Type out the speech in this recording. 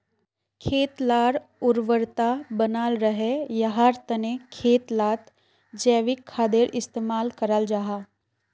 खेत लार उर्वरता बनाल रहे, याहार तने खेत लात जैविक खादेर इस्तेमाल कराल जाहा